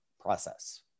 process